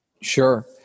Sure